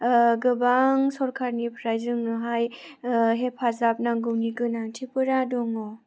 गोबां सरकारनिफ्राय जोंनोहाय हेफाजाब नांगौनि गोनांथिफोरा दङ